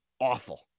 awful